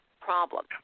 problem